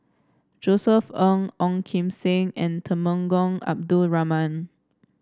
Josef Ng Ong Kim Seng and Temenggong Abdul Rahman